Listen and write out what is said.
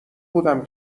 بودم